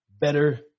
better